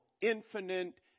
infinite